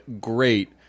great